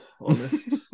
honest